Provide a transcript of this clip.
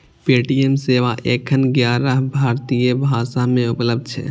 Paytm सेवा एखन ग्यारह भारतीय भाषा मे उपलब्ध छै